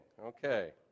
Okay